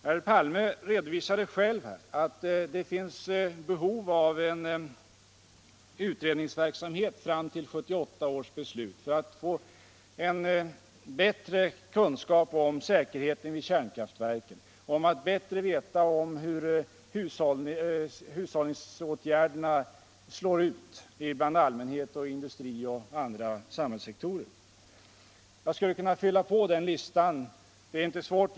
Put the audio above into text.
Herr Palme redovisade själv att det finns behov av en utredningsverksamhet fram till 1978 års beslut för att få en bättre kunskap om säkerheten vid kärnkraftverken och om hur hushållningsåtgärderna slår ut hos allmänhet och i industri och andra samhällssektorer. Jag skulle kunna fylla på den listan, det är inte svårt.